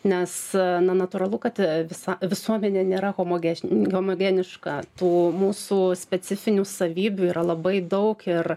nes na natūralu kad visa visuomenė nėra homogeš homogeniška tų mūsų specifinių savybių yra labai daug ir